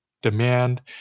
demand